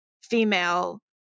female